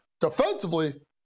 defensively